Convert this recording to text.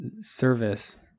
service